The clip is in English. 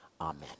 amen